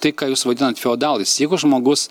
tai ką jūs vadinat feodalais jeigu žmogus